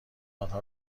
آنها